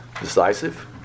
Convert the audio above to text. Decisive